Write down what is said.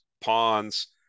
ponds